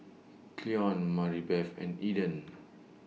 Cleon Maribeth and Eden